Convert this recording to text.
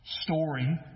story